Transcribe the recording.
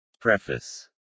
Preface